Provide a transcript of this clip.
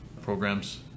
programs